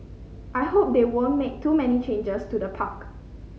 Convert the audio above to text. I hope they won't make too many changes to the park